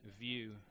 view